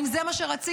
האם זה מה שרציתם?